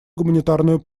гуманитарную